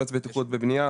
יועץ בטיחות בבנייה,